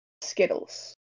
Skittles